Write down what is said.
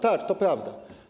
Tak, to prawda.